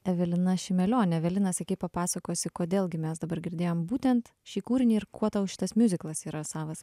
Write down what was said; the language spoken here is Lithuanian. evelina šimelionė evelina sakei papasakosi kodėl gi mes dabar girdėjom būtent šį kūrinį ir kuo tau šitas miuziklas yra savas